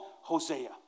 Hosea